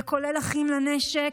כולל אחים לנשק,